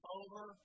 over